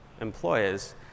employers